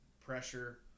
pressure